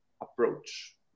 approach